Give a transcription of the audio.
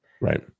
Right